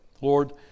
Lord